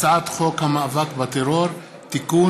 הצעת חוק המאבק בטרור (תיקון),